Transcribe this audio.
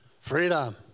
Freedom